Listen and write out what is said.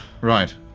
Right